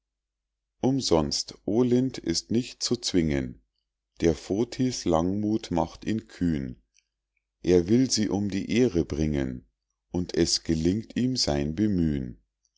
umsonst olint ist nicht zu zwingen der fotis langmuth macht ihn kühn er will sie um die ehre bringen und es gelingt ihm sein bemüh'n